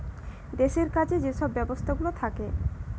দেশের কাজে যে সব ব্যবস্থাগুলা থাকে